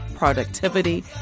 productivity